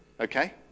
Okay